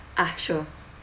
ah sure